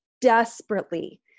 desperately